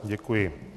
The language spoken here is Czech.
Děkuji.